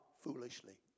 foolishly